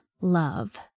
love